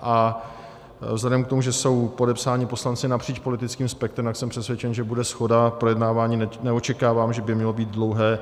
A vzhledem k tomu, že jsou podepsáni poslanci napříč politickým spektrem, tak jsem přesvědčen, že bude shoda v projednávání, neočekávám, že by mělo být dlouhé.